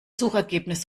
suchergebnis